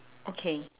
okay